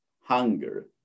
hunger